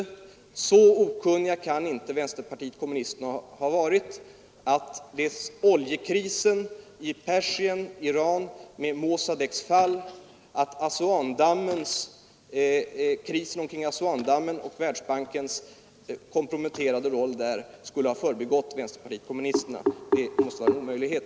Så okunnig som herr Svensson gjorde gällande kan man inom vänsterpartiet kommunisterna inte ha varit om t.ex. oljekrisen i Iran med Mossadeqs fall och krisen omkring Assuandammen och Världsbankens komprometterande roll där. Att detta skulle ha förbigått vänsterpartiet kommunisterna, det är en omöjlighet.